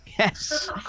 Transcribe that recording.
Yes